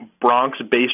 Bronx-based